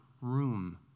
room